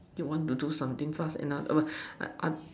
you want to do something fast and in other words uh